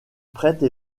prêtre